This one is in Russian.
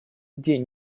день